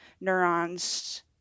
neurons